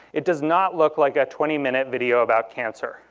it does not look like a twenty minute video about cancer,